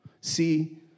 See